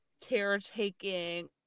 caretaking